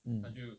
mm